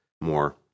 more